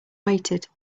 waited